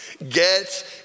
Get